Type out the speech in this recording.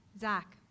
Zach